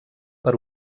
per